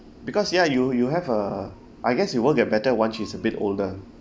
because ya you you have uh I guess it will get better once she is a bit older